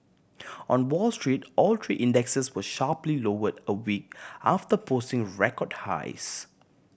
on Wall Street all three indexes were sharply lowered a week after posting record highs